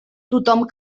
tothom